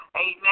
Amen